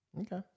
Okay